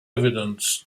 evidence